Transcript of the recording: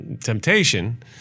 temptation